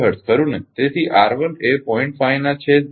05 megawatt દીઠ hertz